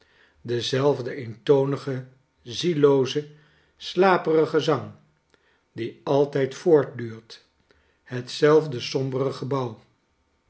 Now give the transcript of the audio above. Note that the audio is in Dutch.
dezelfde eentonige ziellooze slaperige zang die altijd voortduurt hetzelfde sombere gebouw